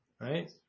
right